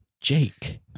Jake